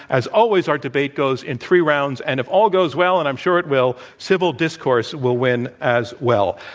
as always, our debate goes in three rounds. and if all goes well and i'm sure it will civil discourse will win as well.